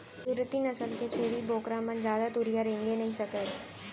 सूरती नसल के छेरी बोकरा मन जादा दुरिहा रेंगे नइ सकय